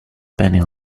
penny